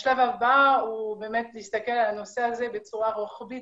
השלב הבא הוא באמת להסתכל על הנושא הזה בצורה רוחבית